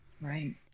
right